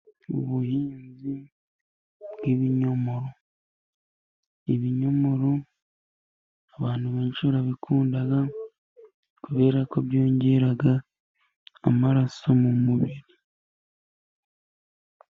Ubuhinzi bw'ibinyomoro. Ibinyomoro abantu benshi barabikunda， kubera ko byongera amaraso mu mubiri.